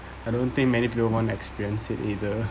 I don't think many people want experienced it either